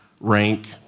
rank